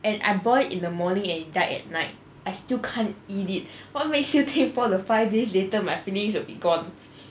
and I bought it in the morning and it died at night I still can't eat it what makes you think four to five days later my feelings will be gone